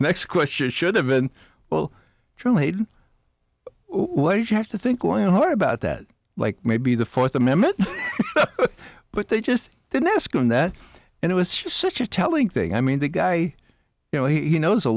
next question should have been well true made ways you have to think more and more about that like maybe the fourth amendment but they just didn't ask him that and it was just such a telling thing i mean the guy you know he knows a